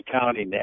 County